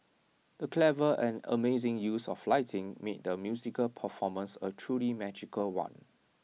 the clever and amazing use of lighting made the musical performance A truly magical one